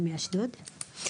אני מאשדוד.